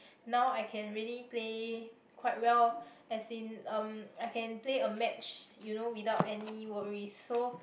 now I can really play quite well as in um I can play a match you know without any worries so